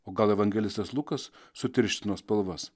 o gal evangelistas lukas sutirštino spalvas